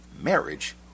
Marriage